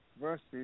Versus